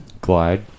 Glide